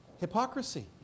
Hypocrisy